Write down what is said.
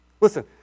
Listen